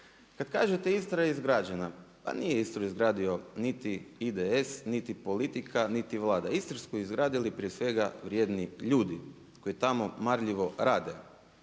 Kada kažete Istra je izgrađena, pa nije Istru izgradio niti IDS, niti politika, niti Vlada, Istru su izgradili prije svega vrijedni ljudi koji tamo marljivo rade,